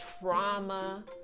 trauma